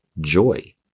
joy